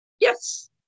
Yes